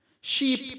Sheep